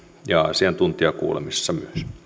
ja asiantuntijakuulemisissa